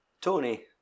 Tony